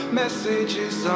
messages